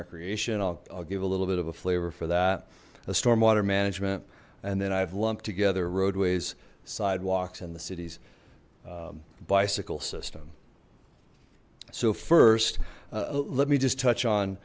recreation i'll give a little bit of a flavor for that a stormwater management and then i've lumped together roadways sidewalks in the cities bicycle system so first let me just touch on